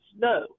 No